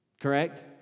Correct